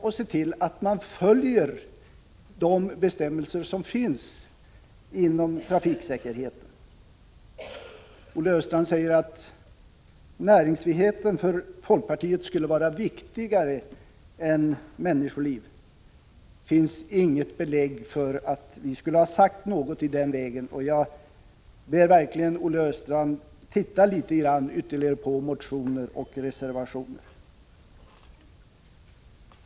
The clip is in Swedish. Vi måste se till, att man följer de bestämmelser som finns inom trafiksäkerheten. Olle Östrand säger att näringsfriheten för folkpartiet skulle vara viktigare än människoliv. Det finns inget belägg för att vi skulle ha sagt så. Jag ber verkligen Olle Östrand att titta ytterligare på motioner och reservationer.